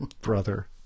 Brother